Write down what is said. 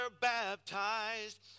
baptized